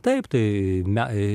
taip tai me e